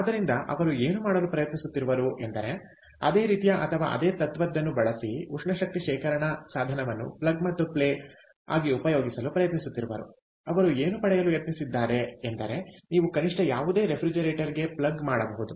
ಆದ್ದರಿಂದ ಅವರು ಏನು ಮಾಡಲು ಪ್ರಯತ್ನಿಸುತ್ತಿರುವರು ಎಂದರೆ ಅದೇ ರೀತಿಯ ಅಥವಾ ಅದೇ ತತ್ವದ್ದನ್ನು ಬಳಸಿ ಉಷ್ಣ ಶಕ್ತಿ ಶೇಖರಣಾ ಸಾಧನವನ್ನು ಪ್ಲಗ್ ಮತ್ತು ಪ್ಲೇ ಆಗಿ ಉಪಯೋಗಿಸಲು ಪ್ರಯತ್ನಿಸುತ್ತಿರುವರು ಅವರು ಏನು ಪಡೆಯಲು ಯತ್ನಿಸಿದ್ದಾರೆ ಎಂದರೆ ನೀವು ಕನಿಷ್ಠ ಯಾವುದೇ ರೆಫ್ರಿಜರೇಟರ್ಗೆ ಪ್ಲಗ್ ಮಾಡಬಹುದು